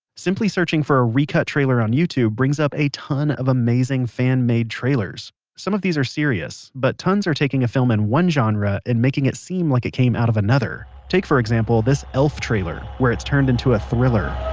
simply searching for a recut trailer on youtube brings up a ton of amazing fan-made trailers. some of these are serious, but tons are taking a film in one genre, and making it seem like it came out of another. another. take for example this elf trailer, where it's turned into a thriller.